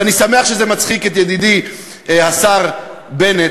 ואני שמח שזה מצחיק את ידידי השר בנט,